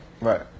Right